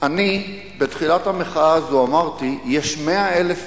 אני בתחילת המחאה הזאת אמרתי שיש 100,000